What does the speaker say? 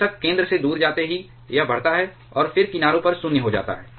बेशक केंद्र से दूर जाते ही यह बढ़ता है और फिर किनारों पर 0 हो जाता है